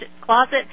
closet